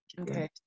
Okay